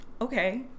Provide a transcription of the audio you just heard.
okay